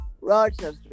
Rochester